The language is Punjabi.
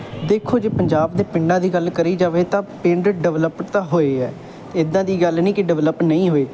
ਦੇਖੋ ਜੇ ਪੰਜਾਬ ਦੇ ਪਿੰਡਾਂ ਦੀ ਗੱਲ ਕਰੀ ਜਾਵੇ ਤਾਂ ਪਿੰਡ ਡਿਵਲਪਟ ਤਾਂ ਹੋਏ ਹੈ ਇੱਦਾਂ ਦੀ ਗੱਲ ਨਹੀਂ ਕਿ ਡਿਵਲਪ ਨਹੀਂ ਹੋਏ